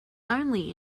only